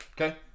okay